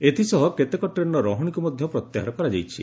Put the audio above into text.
ଏଥିସହ କେତେକ ଟ୍ରେନ୍ର ରହଶିକୁ ମଧ୍ୟ ପ୍ରତ୍ୟାହାର କରାଯାଇଛି